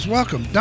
Welcome